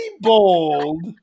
bold